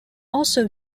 also